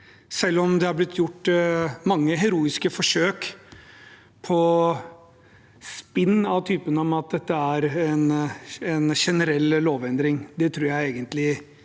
selv om det har blitt gjort mange heroiske forsøk på spinn av typen «dette er en generell lovendring». Det tror jeg egentlig selv